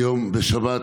בשבת,